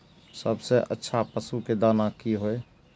सबसे अच्छा पशु के दाना की हय?